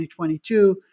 2022